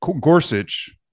Gorsuch